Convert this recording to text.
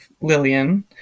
Lillian